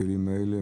בכלים האלה?